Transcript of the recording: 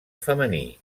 femení